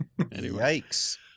Yikes